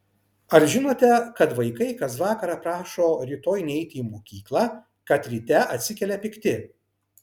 ar žinote kad vaikai kas vakarą prašo rytoj neiti į mokyklą kad ryte atsikelia pikti